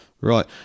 Right